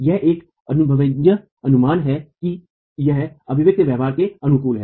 यह एक अनुभवजन्य अनुमान है कि यह अभिव्यक्ति व्यवहार के अनुकूल है